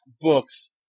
books